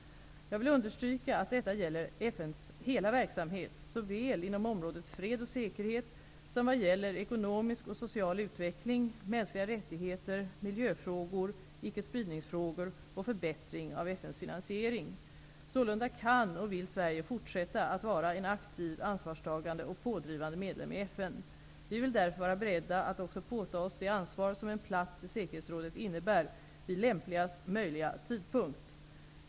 Jag vill understryka att detta gäller hela FN:s verksamhet, såväl inom området fred och säkerhet som vad gäller ekonomisk och social utveckling, mänskliga rättigheter, miljöfrågor, icke-spridningsfrågor och förbättring av FN:s finansiering. Sålunda kan och vill Sverige fortsätta att vara en aktiv, ansvarstagande och pådrivande medlem i FN. Vi vill därför vara beredda att också påta oss det ansvar som en plats i säkerhetsrådet innebär, vid lämpligast möjliga tidpunkt.